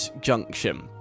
junction